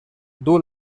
duu